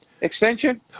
extension